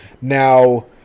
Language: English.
Now